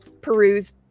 peruse